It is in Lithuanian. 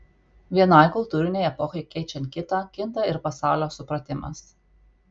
vienai kultūrinei epochai keičiant kitą kinta ir pasaulio supratimas